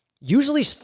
usually